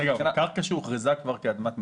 קרקע שכבר הוכרזה כאדמת מדינה,